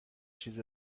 چیز